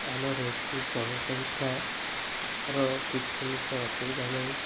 ଆମର ଏଠି ଜନସଂଖ୍ୟାର କିଛି ଅସୁବିଧା ନାହିଁ